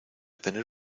tener